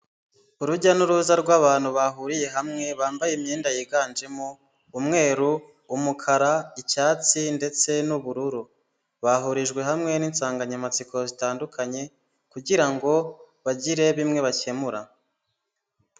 Urujya n'uruza rw'abantu bahuriye hamwe bambaye imyenda yiganjemo umweru, umukara, icyatsi ndetse n'ubururu bahurijwe hamwe n'insanganyamatsiko zitandukanye kugira ngo bagire bimwe bakemura.